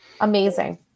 Amazing